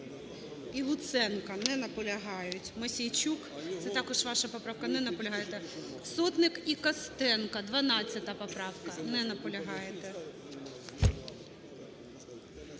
і Луценко. Не наполягають. Мосійчук, це також ваша поправка. Не наполягаєте. Сотник і Костенко, 12 поправка. Не наполягаєте.